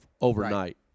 overnight